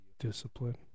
discipline